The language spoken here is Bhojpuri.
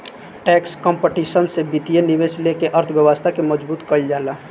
टैक्स कंपटीशन से वित्तीय निवेश लेके अर्थव्यवस्था के मजबूत कईल जाला